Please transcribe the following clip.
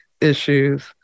issues